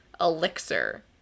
elixir